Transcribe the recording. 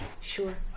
Sure